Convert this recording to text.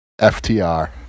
FTR